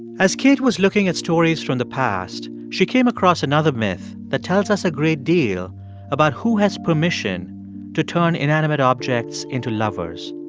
as kate was looking at stories from the past, she came across another myth that tells us a great deal about who has permission to turn inanimate objects into lovers.